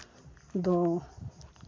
ᱟᱫᱚ